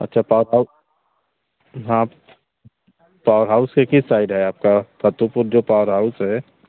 अच्छा हाँ power house से किस साइड है आपका जो पावर हाउस है